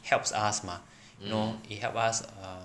helps us mah you know it helps us err